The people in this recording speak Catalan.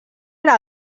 era